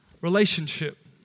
relationship